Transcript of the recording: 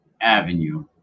Avenue